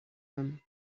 them